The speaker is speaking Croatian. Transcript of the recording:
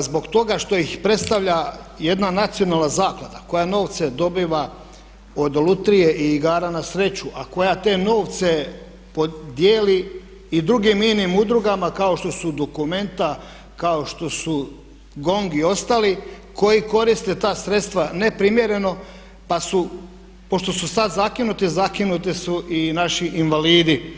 zbog toga što ih predstavlja jedna nacionalna zaklada koja novce dobiva od lutrije i igara na sreću, a koja te novce dijeli i drugim inim udrugama kao što su Documenta, kao što su GONG i ostali koji koriste ta sredstva neprimjereno, pa su pošto su sad zakinuti, zakinuti su i naši invalidi.